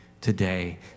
today